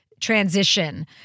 transition